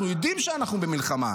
אנחנו יודעים שאנחנו במלחמה.